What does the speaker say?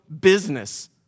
business